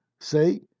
See